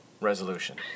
resolution